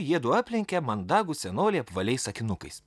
jiedu aplenkė mandagų senolį apvaliais akinukais